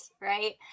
right